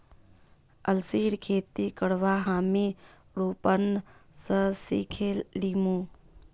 अलसीर खेती करवा हामी रूपन स सिखे लीमु